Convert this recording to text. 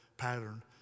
pattern